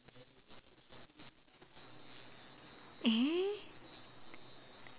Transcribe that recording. eh